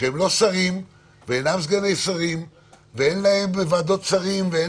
שהם לא שרים ולא סגני שרים ואין להם ועדות שרים ואין